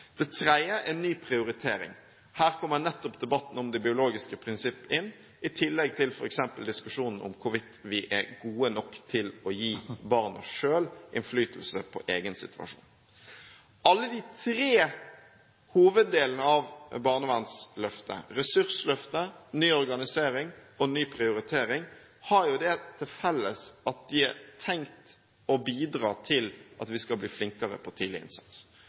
Det tredje er ny prioritering. Her kommer nettopp debatten om det biologiske prinsipp inn, i tillegg til f.eks. diskusjonen om hvorvidt vi er gode nok til å gi barna selv innflytelse på egen situasjon. Alle de tre hoveddelene av barnevernsløftet – ressursløftet, ny organisering og ny prioritering – har det til felles at de er tenkt å bidra til at vi skal bli flinkere på tidlig innsats.